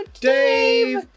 Dave